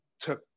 took